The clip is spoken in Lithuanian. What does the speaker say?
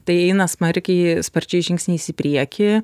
tai eina smarkiai sparčiais žingsniais į priekį